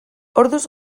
orduz